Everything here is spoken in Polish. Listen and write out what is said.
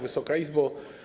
Wysoka Izbo!